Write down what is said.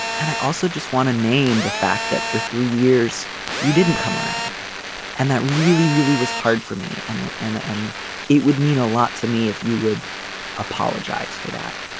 and i also just want to name the fact that for three years you didn't come around and that really really was hard for me and and and and it would mean a lot to me if you would apologize for that.